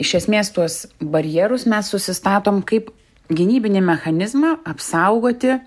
iš esmės tuos barjerus mes susistatom kaip gynybinį mechanizmą apsaugoti